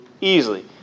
easily